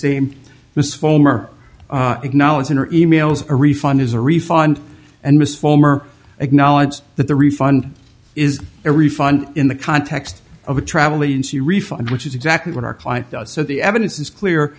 fullmer acknowledged in her emails a refund is a refund and miss former acknowledge that the refund is a refund in the context of a travel agency refund which is exactly what our client does so the evidence is clear